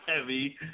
heavy